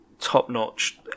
top-notch